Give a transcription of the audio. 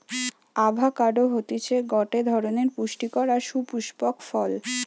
avocado হতিছে গটে ধরণের পুস্টিকর আর সুপুস্পক ফল